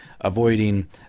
avoiding